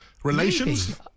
Relations